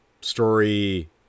story